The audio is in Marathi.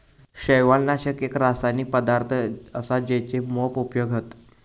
शैवालनाशक एक रासायनिक पदार्थ असा जेचे मोप उपयोग हत